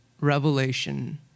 revelation